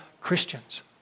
Christians